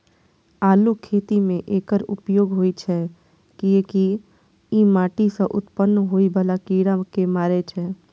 आलूक खेती मे एकर उपयोग होइ छै, कियैकि ई माटि सं उत्पन्न होइ बला कीड़ा कें मारै छै